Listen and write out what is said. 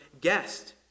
guest